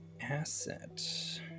asset